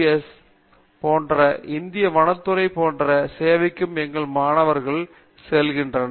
ஸ் இந்திய வனத்துறை போன்ற சேவைக்கும் எங்கள் மாணவர்கள் செல்கின்றனர்